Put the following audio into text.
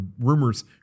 rumors